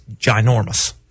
ginormous